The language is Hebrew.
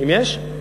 אם יש?